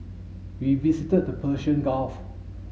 we visited the Persian Gulf